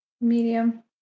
Medium